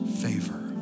favor